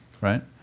right